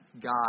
God